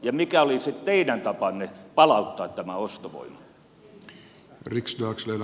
ja mikä olisi teidän tapanne palauttaa tämä ostovoima